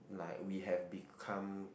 like we have become